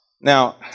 Now